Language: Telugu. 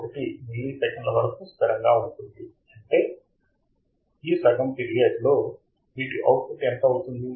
1 మిల్లీసెకన్ల వరకు స్థిరంగా ఉంటుంది అంటే ఈ సగం పిరియడ్ లో వీటి అవుట్పుట్ ఎంత అవుతుంది